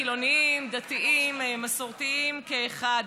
לחילונים, דתיים, מסורתיים, כאחד,